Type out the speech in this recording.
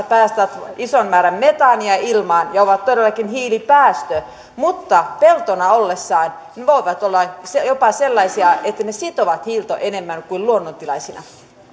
päästävät ison määrän metaania ilmaan ja ovat todellakin hiilipäästö mutta peltona ollessaan ne voivat olla jopa sellaisia että ne sitovat hiiltä enemmän kuin luonnontilaisina